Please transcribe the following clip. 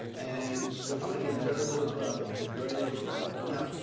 and we're finding very little problem. very little problem. now,